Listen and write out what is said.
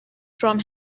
from